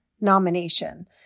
nomination